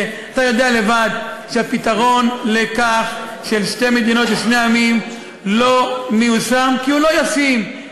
אתה יודע לבד שהפתרון של שתי מדינות לשני עמים לא מיושם כי הוא לא ישים.